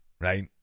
right